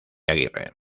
aguirre